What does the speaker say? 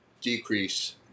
decrease